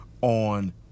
on